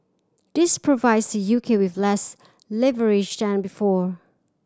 this provides the U K with less leverage than before